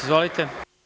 Izvolite.